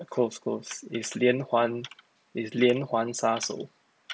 close close it's 连环 it's 连环杀手